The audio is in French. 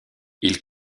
ils